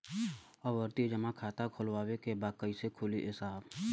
आवर्ती जमा खाता खोलवावे के बा कईसे खुली ए साहब?